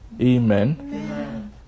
Amen